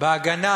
בהגנה